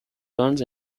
guns